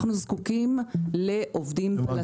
אנחנו זקוקים לעובדים.